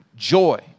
joy